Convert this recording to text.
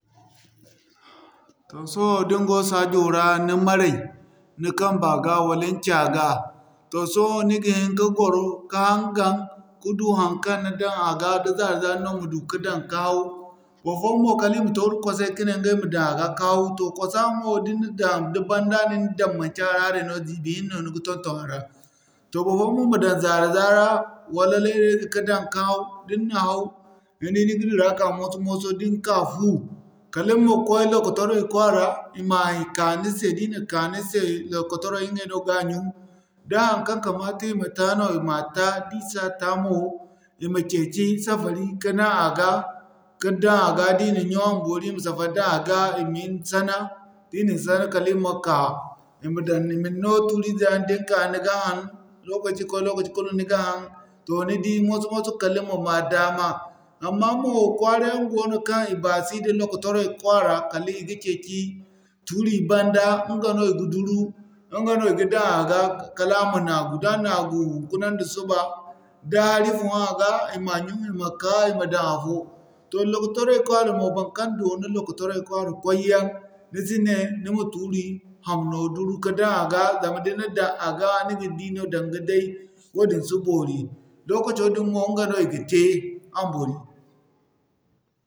Toh sohõ da ni go saajo ra, ni maray ni kamba ga wala ni ca ga toh sohõ ni ga hin ka gwaro ka haŋyaŋ, ka du haŋkaŋ ni daŋ a ga da zaara-zaara no ma du ka daŋ ka haw, barfoyaŋ mo kala i ma tooru Kwasay ka ne ɲgay ma daŋ a ga ka haw. Toh kwasa mo da ni na daŋ, da banda no ni daŋ manci a ra haray no ziibi hinne no ni ga ton-ton a ra. Toh barfoyaŋ mo ma daŋ zaara-zaara, wala wala leeda ka daŋ ka haw, da ni na haw ni di ni ga dira ka moso-moso da ni ka fu, kala ni ma koy lokotaray kwaara i ma ka ni se. Lokotaray ɲgay no ga ɲyun, da haŋkaŋ kamata i ma ta no i ma ta, da i sa ta mo, i ma ceeci safari ka daŋ a ga da i na ɲyun a boori i ma safari daŋ a ga i min sana. Da i na ni sana kala i ma ka i ma daŋ i ma ni no tuuri izeyaŋ da ni ka ni ga haŋ, lokaci-koy lokaci kulu ni ga haŋ, toh ni di moso-moso kala ni ma'ma daama. Amma mo, kwaara yaŋ goono kaŋ i baasi nda lokotaray kwaara, i ga ceeci tuuri banda, ɲga no i ga duru, ɲga no i ga daŋ a ga kala a ma naagu. Da naagu, hinkuna nda suba, da hari fun a ga i ma ɲyun i ma ka, i ma daŋ afo. Toh lokotaray kwaara mo baŋkaŋ doona lokotaray kwaara koy yaŋ, ni si ne ni ma tuuri hamno duru ka daŋ a ga zama da ni na daŋ a ga ni ga di no daŋga day, wadin si boori. Lokaco din mo ɲga no i ga te, a ma boori.